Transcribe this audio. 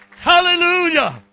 Hallelujah